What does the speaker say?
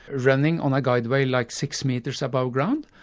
running on a guideway like six metres above ground,